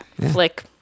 Flick